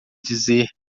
dizer